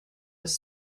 was